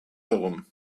herum